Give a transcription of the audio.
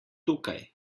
tukaj